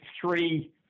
three